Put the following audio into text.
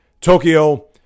Tokyo